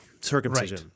circumcision